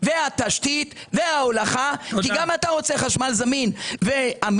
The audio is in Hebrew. התשתית וההולכה כי גם אתה רוצה חשמל זמין ואמין.